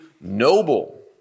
noble